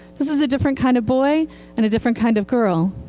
this is a different kind of boy and a different kind of girl.